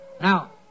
Now